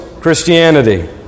christianity